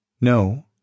No